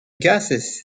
gases